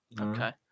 Okay